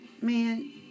man